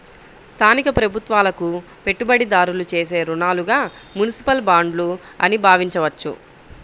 స్థానిక ప్రభుత్వాలకు పెట్టుబడిదారులు చేసే రుణాలుగా మునిసిపల్ బాండ్లు అని భావించవచ్చు